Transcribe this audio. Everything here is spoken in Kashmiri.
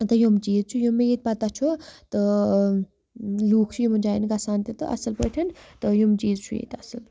تہٕ یِم چیٖز چھُ یِم مےٚ ییٚتہِ پَتہ چھُ تہٕ لُکھ چھِ یِمَن جایَن گژھان تہِ تہٕ اَصٕل پٲٹھۍ تہٕ یِم چیٖز چھُ ییٚتہِ اَصٕل